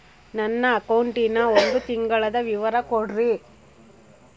ನನ್ನ ಅಕೌಂಟಿನ ಒಂದು ತಿಂಗಳದ ವಿವರ ಕೊಡ್ರಿ?